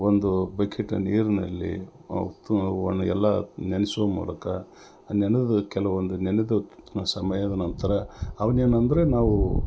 ಒಂದು ಬಕಿಟ್ ನೀರಿನಲ್ಲಿ ಎಲ್ಲ ನೆನೆಸುವ ಮೂಲಕ ನೆನೆದ ಕೆಲವೊಂದು ನೆನೆದು ಸಮಯದ ನಂತರ ಅವನ್ನೇನಂದ್ರೆ ನಾವು